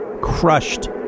Crushed